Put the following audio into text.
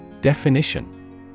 Definition